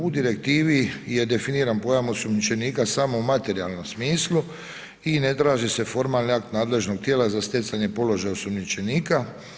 U direktivi je definiran pojam osumnjičenika samo u materijalnom smislu i ne traži se formalni akt nadležnog tijela za stjecanje položaja osumnjičenika.